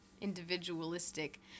individualistic